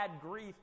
grief